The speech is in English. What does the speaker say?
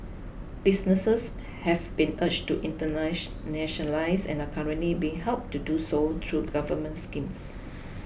businesses have been urged to internationalise and are currently being helped to do so through government schemes